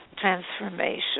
transformation